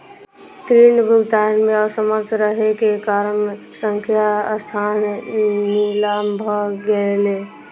ऋण भुगतान में असमर्थ रहै के कारण संस्थान नीलाम भ गेलै